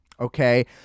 Okay